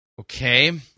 Okay